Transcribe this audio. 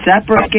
separate